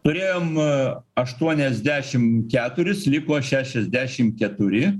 turėjom aštuoniasdešim keturis liko šešiasdešim keturi